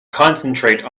concentrate